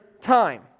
time